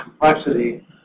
complexity